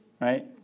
right